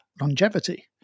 longevity